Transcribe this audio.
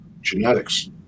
Genetics